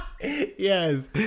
Yes